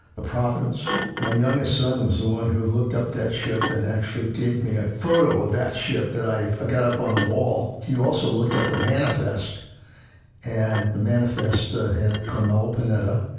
the providence. my youngest son was the one who looked up that ship and actually gave me a photo of that ship that i got up on the wall. he also looked up the manifest and the manifest had carmelo panetta,